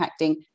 impacting